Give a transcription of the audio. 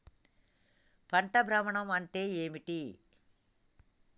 పంట భ్రమణం అంటే ఏంటి?